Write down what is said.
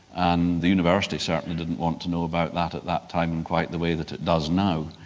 and the university certainly didn't want to know about that at that time in quite the way that it does now.